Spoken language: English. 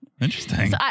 interesting